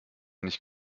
nicht